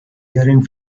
hearing